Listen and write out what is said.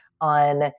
on